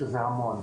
שזה המון,